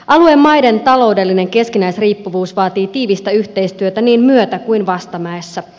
alueen maiden taloudellinen keskinäisriippuvuus vaatii tiivistä yhteistyötä niin myötä kuin vastamäessä